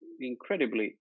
incredibly